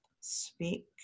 speak